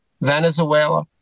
Venezuela